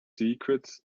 secrets